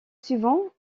suivant